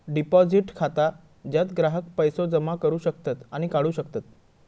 deposit खाता ज्यात ग्राहक पैसो जमा करू शकतत आणि काढू शकतत